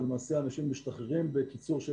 אנשים למעשה משתחררים בקיצור של